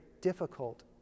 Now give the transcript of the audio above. difficult